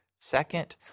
second